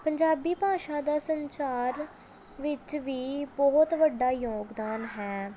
ਪੰਜਾਬੀ ਭਾਸ਼ਾ ਦਾ ਸੰਚਾਰ ਵਿੱਚ ਵੀ ਬਹੁਤ ਵੱਡਾ ਯੋਗਦਾਨ ਹੈ